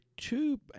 two